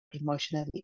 emotionally